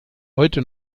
heute